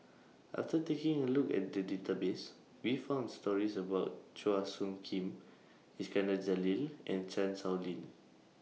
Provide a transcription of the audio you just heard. after taking A Look At The Database We found stories about Chua Soo Khim Iskandar Jalil and Chan Sow Lin